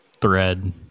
thread